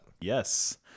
Yes